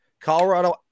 Colorado